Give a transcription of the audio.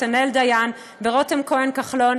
נתנאל דיין ורותם כהן כחלון,